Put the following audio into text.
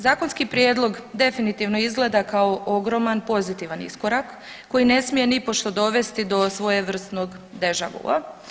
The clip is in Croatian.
Zakonski prijedlog definitivno izgleda kao ogroman pozitivan iskorak koji ne smije nipošto dovesti do svojevrsnog deja-vua.